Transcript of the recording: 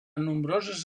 nombroses